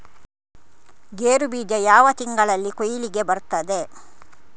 ಗೇರು ಬೀಜ ಯಾವ ತಿಂಗಳಲ್ಲಿ ಕೊಯ್ಲಿಗೆ ಬರ್ತದೆ?